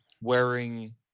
wearing